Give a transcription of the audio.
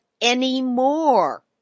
anymore